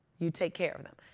you take care of them.